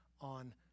on